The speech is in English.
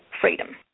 freedom